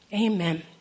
Amen